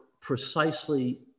precisely